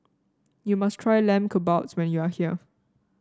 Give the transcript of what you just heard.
you must try Lamb Kebabs when you are here